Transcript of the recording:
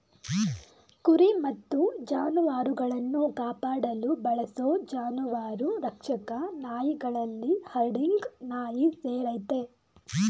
ಕುರಿ ಮತ್ತು ಜಾನುವಾರುಗಳನ್ನು ಕಾಪಾಡಲು ಬಳಸೋ ಜಾನುವಾರು ರಕ್ಷಕ ನಾಯಿಗಳಲ್ಲಿ ಹರ್ಡಿಂಗ್ ನಾಯಿ ಸೇರಯ್ತೆ